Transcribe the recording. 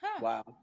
Wow